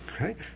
right